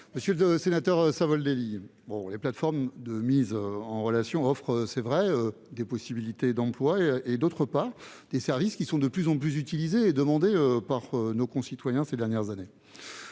monsieur le sénateur Savoldelli, les plateformes de mise en relation offrent, il est vrai, des possibilités d'emploi et des services qui sont de plus en plus utilisés et demandés par nos concitoyens depuis quelques années.